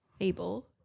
Able